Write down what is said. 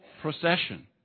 procession